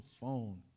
phone